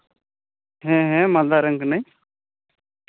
ᱦᱮᱸ ᱦᱮᱸ ᱢᱟᱞᱫᱟ ᱨᱮᱱ ᱠᱟᱹᱱᱟᱹᱧ